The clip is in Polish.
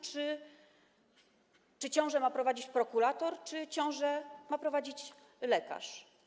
Czy ciążę ma prowadzić prokurator, czy ciążę ma prowadzić lekarz?